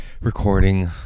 Recording